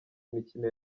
imikino